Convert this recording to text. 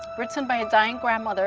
written by a dying grandmother